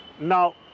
Now